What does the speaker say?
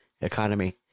economy